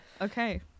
Okay